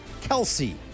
kelsey